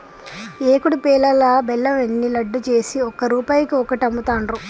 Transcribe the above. ఏకుడు పేలాలల్లా బెల్లం ఏషి లడ్డు చేసి ఒక్క రూపాయికి ఒక్కటి అమ్ముతాండ్రు